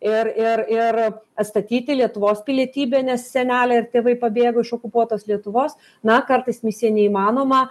ir ir ir atstatyti lietuvos pilietybę nes seneliai ir tėvai pabėgo iš okupuotos lietuvos na kartais misija neįmanoma